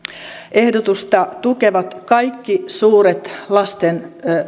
ehdotusta tukevat kaikki suuret lasten